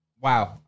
wow